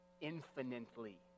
infinitely